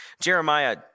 Jeremiah